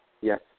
Yes